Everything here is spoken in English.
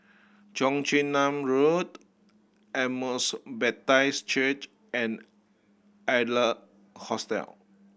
Cheong Chin Nam Road Emmaus Baptist Church and Adler Hostel